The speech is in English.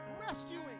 rescuing